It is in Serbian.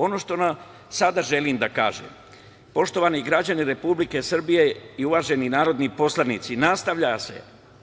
Ono što sada želim da kažem, poštovani građani Republike Srbije i uvaženi narodni poslanici, nastavlja se